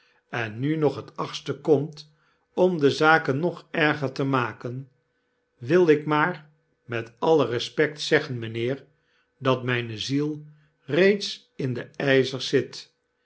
en nu nog het achtste komt om de zaken nog erger te maken wil ik maar met alle respect zeggen mijnheer dat myne ziel reeds in de yzers zit